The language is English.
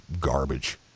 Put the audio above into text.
garbage